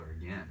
again